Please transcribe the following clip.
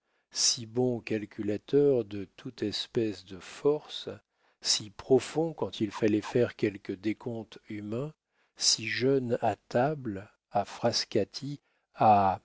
si bon calculateur de toute espèce de force si profond quand il fallait faire quelque décompte humain si jeune à table à